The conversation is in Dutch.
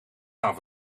gaan